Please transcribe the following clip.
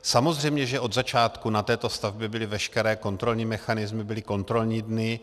Samozřejmě, že od začátku na této stavbě byly veškeré kontrolní mechanismy, byly kontrolní dny.